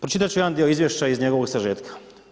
Pročitat ću jedan dio izvješća iz njegovog sažetka.